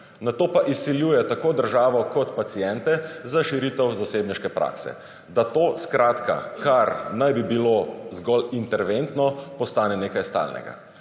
nato pa izsiljuje tako državo kot paciente za širitev zasebniške prakse. Da to skratka kar naj bi bilo zgolj interventno, postane nekaj stalnega.